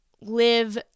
live